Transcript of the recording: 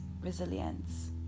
resilience